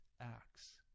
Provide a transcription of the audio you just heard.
acts